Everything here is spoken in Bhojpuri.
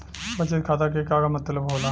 बचत खाता के का मतलब होला?